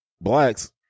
blacks